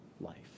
life